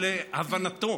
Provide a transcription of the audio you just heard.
שלהבנתו